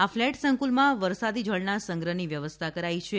આ ફ્લેટ સંકુલમાં વરસાદી જળના સંગ્રહની વ્યવસ્થા કરાઈ છે